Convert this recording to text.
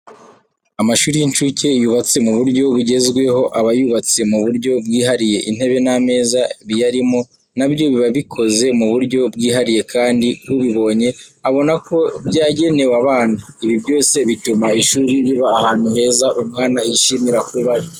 Amashuri y'incuke yubatse mu buryo bugezweho, aba yubatse mu buryo bwihariye. Intebe n'ameza biyarimo nabyo biba bikoze mu buryo bwihariye kandi ubibonye abonako byagenewe abana. Ibi byose bituma ishuri riba ahantu heza umwana yishimira kuba ari.